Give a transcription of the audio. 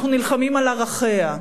אנחנו נלחמים על ערכיה.